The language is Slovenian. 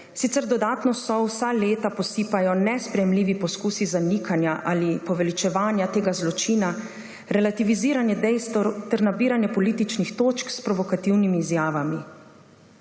sicer dodatno sol vsa leta posipajo nesprejemljivi poskusi zanikanja ali poveličevanja tega zločina, relativiziranje dejstev ter nabiranje političnih točk s provokativnimi izjavami.